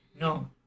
no